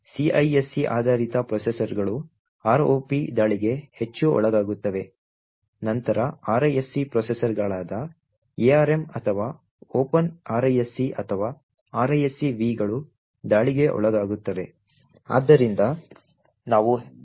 CISC ಆಧಾರಿತ ಪ್ರೊಸೆಸರ್ಗಳು ROP ದಾಳಿಗೆ ಹೆಚ್ಚು ಒಳಗಾಗುತ್ತವೆ ನಂತರ RISC ಪ್ರೊಸೆಸರ್ಗಳಾದ ARM ಅಥವಾ OpenRISC ಅಥವಾ RISC V ಗಳು ದಾಳಿಗೆ ಒಳಗಾಗುತ್ತವೆ